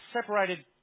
separated